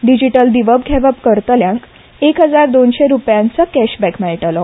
डिजीटल दिवप घेवप करतल्यांक एक हजार दोनशे रुपयांचो केश बॅक मेळटलो